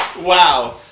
Wow